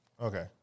Okay